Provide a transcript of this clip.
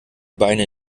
beine